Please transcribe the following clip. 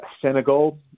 Senegal